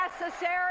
necessary